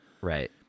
Right